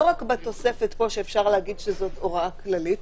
לא רק בתוספת פה שאפשר להגיד שזאת הוראה כללית,